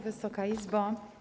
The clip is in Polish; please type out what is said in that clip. Wysoka Izbo!